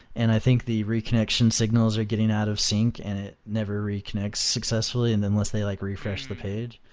and i think the reconnection signals are getting out of sync and it never reconnects successful and unless they like refresh the page.